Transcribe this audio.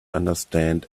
understand